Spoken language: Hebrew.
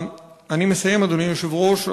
אני מסיים, אדוני היושב-ראש.